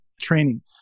training